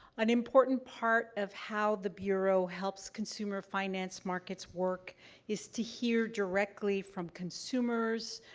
an important part of how the bureau helps consumer finance markets work is to hear directly from consumers,